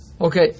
Okay